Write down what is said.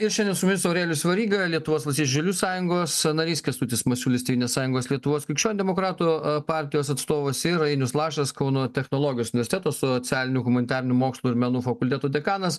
ir šiandien su mumis aurelijus veryga lietuvos valstiečių žaliųjų sąjungos narys kęstutis masiulis tėvynės sąjungos lietuvos krikščionių demokratų partijos atstovas ir ainius lašas kauno technologijos universiteto socialinių humanitarinių mokslų ir menų fakulteto dekanas